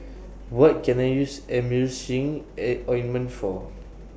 What Can I use Emulsying Ointment For